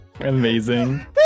Amazing